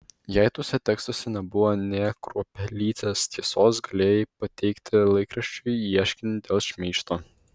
jei tuose tekstuose nebuvo nė kruopelytės tiesos galėjai pateikti laikraščiui ieškinį dėl šmeižto